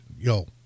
yo